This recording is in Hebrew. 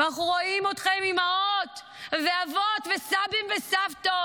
אנחנו רואים אתכם, אימהות, אבות, סבים וסבתות,